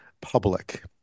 public